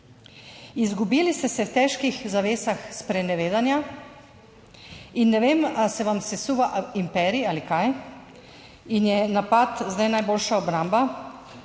Izgubili ste se v težkih zavesah sprenevedanja in ne vem, ali se vam sesuva imperij ali kaj in je napad zdaj najboljša obramba,